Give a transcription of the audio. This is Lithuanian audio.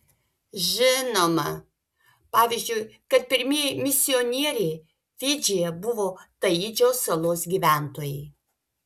žinoma pavyzdžiui kad pirmieji misionieriai fidžyje buvo taičio salos gyventojai